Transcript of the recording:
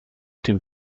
dem